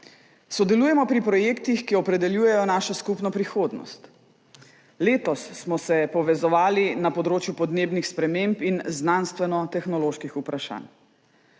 Sodelujemo pri projektih, ki opredeljujejo našo skupno prihodnost. Letos smo se povezovali na področju podnebnih sprememb in znanstveno-tehnoloških vprašanj.